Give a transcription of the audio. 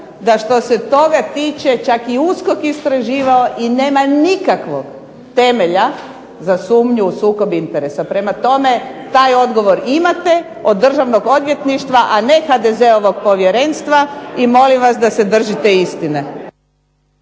da što se toga tiče čak i USKOK istraživao i nema nikakvog temelja za sumnju u sukob interesa, prema tome, taj odgovor imate od Državnog odvjetništva, a ne od HDZ- ovog povjerenstva i molim vas da se držite istine.